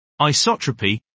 isotropy